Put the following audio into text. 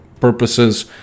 purposes